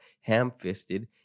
ham-fisted